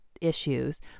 issues